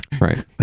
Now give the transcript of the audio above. Right